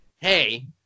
hey